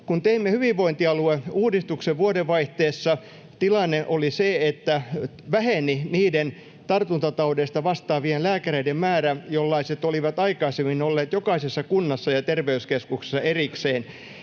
Kun teimme hyvinvointialueuudistuksen vuodenvaihteessa, tilanne oli se, että väheni niiden tartuntataudeista vastaavien lääkäreiden määrä, jollaisia oli aikaisemmin ollut jokaisessa kunnassa ja terveyskeskuksessa erikseen.